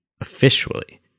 officially